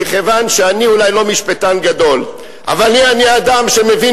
מכיוון שאני אולי לא משפטן גדול אבל אני אדם שמבין